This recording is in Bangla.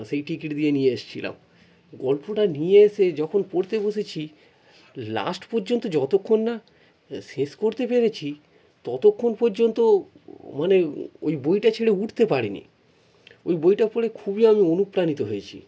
সেই টিকিট দিয়ে নিয়ে এসেছিলাম গল্পটা নিয়ে এসে যখন পড়তে বসেছি লাস্ট পর্যন্ত যতক্ষণ না শেষ করতে পেরেছি ততক্ষণ পর্যন্ত মানে ওই বইটা ছেড়ে উঠতে পারিনি ওই বইটা পড়ে খুবই আমি অনুপ্রাণিত হয়েছি